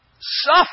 Suffer